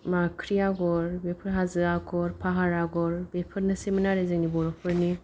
माख्रि आगर बेफोर हाजो आगर पाहार आगर बेफोरनोसैमोन आरो जोंनि बर'फोरनि